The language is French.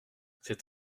cet